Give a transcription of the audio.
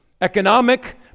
economic